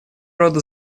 рода